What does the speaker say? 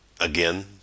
Again